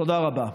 תודה רבה.